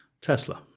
Tesla